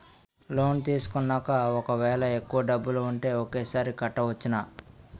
Loan తీసుకున్నాక ఒకవేళ ఎక్కువ డబ్బులు ఉంటే ఒకేసారి కట్టవచ్చున?